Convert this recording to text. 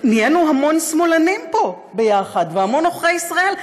נהיינו המון שמאלנים פה ביחד והמון עוכרי ישראל.